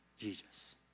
Jesus